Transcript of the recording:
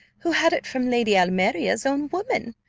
who had it from lady almeria's own woman,